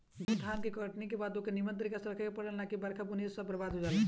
गेंहू धान के कटनी के बाद ओके निमन से रखे के पड़ेला ना त बरखा बुन्नी से सब बरबाद हो जाला